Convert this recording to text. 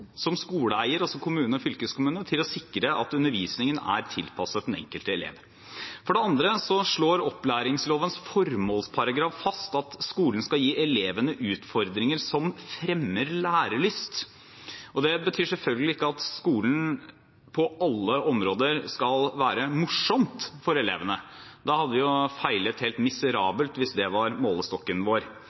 som skoleeier og som kommune og fylkeskommune til å sikre at undervisningen er tilpasset den enkelte elev. For det andre slår opplæringslovens formålsparagraf fast at skolen skal gi elevene utfordringer som fremmer lærelyst. Det betyr selvfølgelig ikke at skolen på alle områder skal være morsom for elevene. Da hadde vi feilet helt miserabelt, hvis det var målestokken vår.